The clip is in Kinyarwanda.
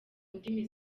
ndimi